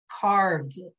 carved